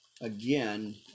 again